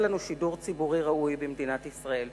לנו שידור ציבורי ראוי במדינת ישראל.